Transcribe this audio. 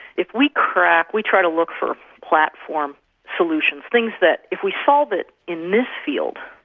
if we crack, we try to look for platform solutions, things that if we solve it in this field,